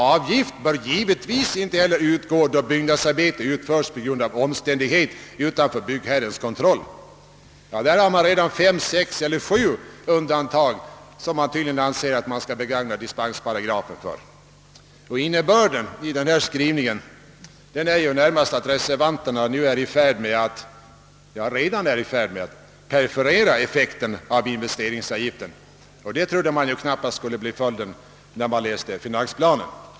Avgift bör givetvis inte utgå då byggnadsarbete utförs på grund av omständighet utanför byggherrens kontroll.» Där har man redan fem, sex eller sju undantag som man tydligen anser att man skall begagna dispensparagrafen för. Innebörden av skrivningen är närmast att reservanterna redan är i färd med att perforera effekten av investeringsavgiften. Det trodde man knappast när man läste finansplanen.